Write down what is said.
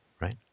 right